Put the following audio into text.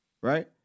right